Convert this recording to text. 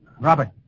Robert